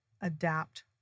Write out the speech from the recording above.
adapt